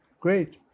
great